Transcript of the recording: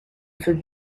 veut